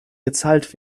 gezahlt